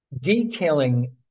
detailing